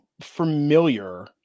Familiar